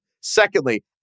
Secondly